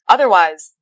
Otherwise